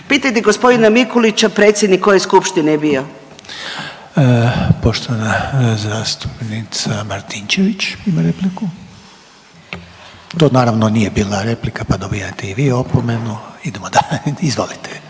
Pitajte g. Mikulića predsjednik koje skupštine je bio? **Reiner, Željko (HDZ)** Poštovana zastupnica Martinčević ima repliku. To naravno nije bila replika pa dobijate i vi opomenu. Idemo dalje. Izvolite.